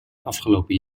afgelopen